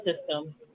system